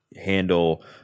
handle